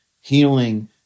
healing